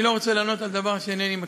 ואני לא רוצה לענות על דבר שאינני מכיר.